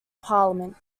parliament